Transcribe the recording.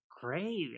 Great